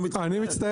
אבל אף אחד לא מתחבר.